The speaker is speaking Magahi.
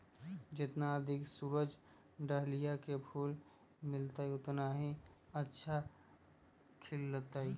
जितना अधिक सूरज डाहलिया के फूल मिलतय, उतना ही अच्छा खिलतय